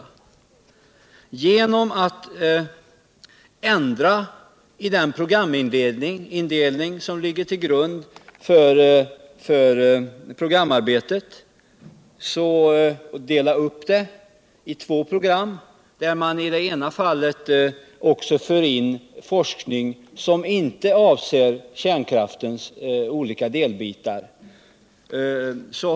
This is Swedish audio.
Genom att ändra på den indelning som tidigare låg ull grund för programarbetet och göra en uppdelning på två delprogram. där man i det ena också för in forskning som inte avser kärnkrafiens olika områden.